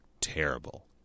terrible